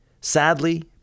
Sadly